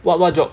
what what job